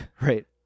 Right